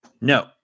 No